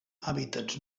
hàbitats